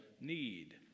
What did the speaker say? need